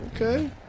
Okay